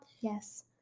yes